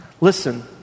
Listen